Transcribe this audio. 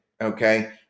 Okay